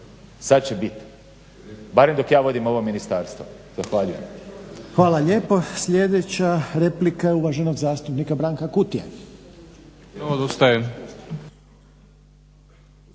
sad će biti. Barem dok ja vodim ovo ministarstvo. Zahvaljujem.